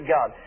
God